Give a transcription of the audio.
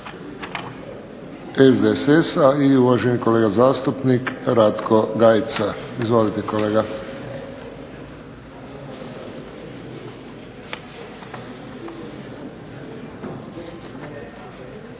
SDSS-a i uvaženi kolega zastupnik RAtko GAjica. Izvolite.